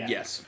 Yes